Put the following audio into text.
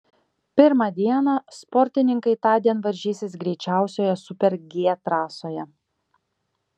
pirmą dieną sportininkai tądien varžysis greičiausioje super g trasoje